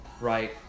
Right